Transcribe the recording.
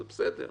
זה בסדר.